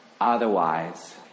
Otherwise